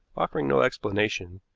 offering no explanation,